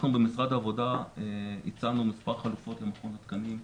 אנחנו במשרד העבודה הצענו מספר חלופות למכון התקנים.